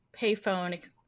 payphone